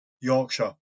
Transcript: Yorkshire